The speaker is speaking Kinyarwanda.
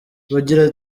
agira